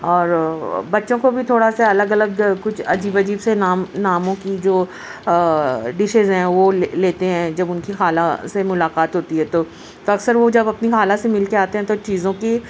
اور بچوں کو بھی تھوڑا سا الگ الگ کچھ عجیب عجیب سے نام ناموں کی جو ڈشیز ہیں وہ لے لیتے ہیں جب ان کی خالہ سے ملاقات ہوتی ہے تو تو اکثر وہ جب اپنی خالہ سے مل کے آتے ہیں تو چیزوں کی